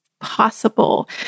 possible